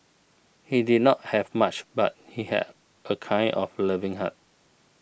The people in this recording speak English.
he did not have much but he had a kind of loving heart